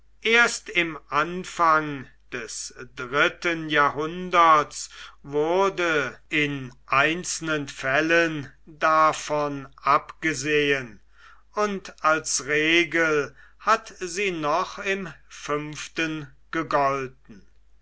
erst im anfang des dritten jahrhunderts wurde in einzelnen fällen davon abgesehen und als regel hat sie noch im fünften gegolten